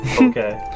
Okay